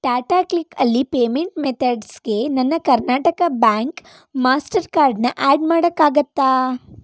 ಟಾಟಾಕ್ಲಿಕ್ಕಲ್ಲಿ payment ಮೆಥಡ್ಸ್ಗೆ ನನ್ನ Karnataka bank ಮಾಸ್ಟರ್ಕಾರ್ಡನ್ನು ಆ್ಯಡ್ ಮಾಡೋಕ್ಕಾಗತ್ತಾ